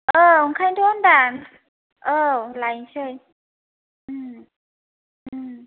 औ ओंखायनो थ' होनदां औ लायनोसै ओं ओं